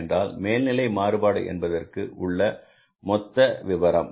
என்றால் மேல் நிலை மாறுபாடு என்பதற்கு உள்ள மொத்த விபரம்